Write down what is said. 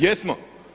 Jesmo.